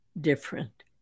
different